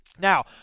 Now